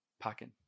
packing